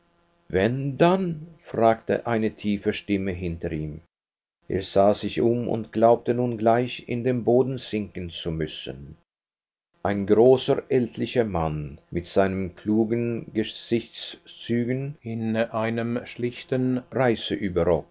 kreuzmillionenmal wen denn fragte eine tiefe stimme hinter ihm er sah sich um und glaubte nun gleich in den boden sinken zu müssen ein großer ältlicher mann mit seinen klugen gesichtszügen in einem schlichten